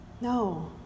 No